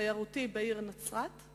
תיירותי בעיר נצרת,